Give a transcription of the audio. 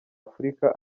afurika